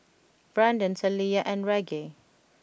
Branden Taliyah and Reggie